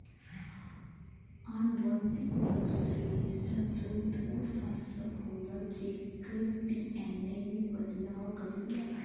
अनुवांशिक रूप से संशोधित उ फसल होला जेकर डी.एन.ए में बदलाव करल जाला